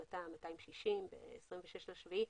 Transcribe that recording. החלטה 260 ב-26 ביולי,